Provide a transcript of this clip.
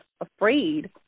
afraid